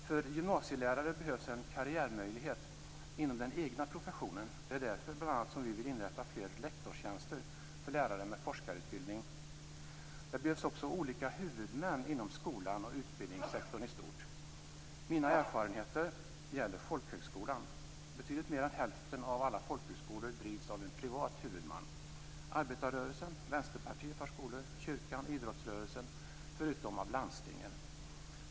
För gymnasielärare behövs en karriärmöjlighet inom den egna professionen. Det är bl.a. därför som vi vill inrätta fler lektorstjänster för lärare med forskarutbildning. Det behövs också olika huvudmän inom skolan och utbildningssektorn i stort. Mina erfarenheter gäller folkhögskolan. Betydligt mer än hälften av alla folkhögskolor drivs av en privat huvudman. Arbetarrörelsen och Vänsterpartiet har skolor, kyrkan och idrottsrörelsen likaså, och därutöver landstingen.